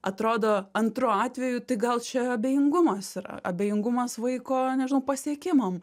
atrodo antru atveju tai gal čia abejingumas yra abejingumas vaiko nežinau pasiekimam